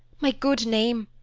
my good name,